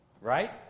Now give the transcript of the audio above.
Right